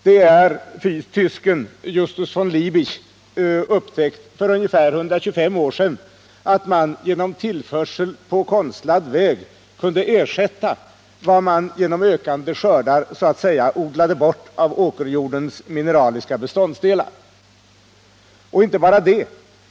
Det är tysken Justus von Liebigs upptäckt för ungefär 125 år sedan, att man genom tillförsel på konstlad väg kunde ersätta vad man genom ökade skördar så att säga odlat bort av åkerjordens mineraliska beståndsdelar. Och inte bara det!